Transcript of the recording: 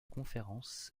conférences